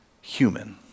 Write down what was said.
human